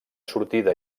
sortida